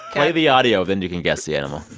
play the audio. then you can guess the animal